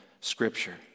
Scripture